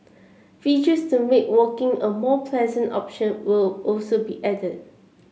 features to make walking a more pleasant option will also be added